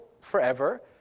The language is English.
forever